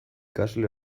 ikasle